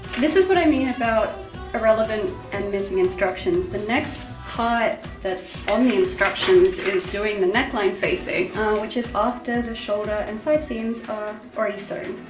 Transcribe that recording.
this is what i mean about irrelevant and missing instructions. the next part that's on the instructions is doing the neckline facing which is after the shoulder and side seams are already sewn.